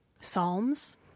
psalms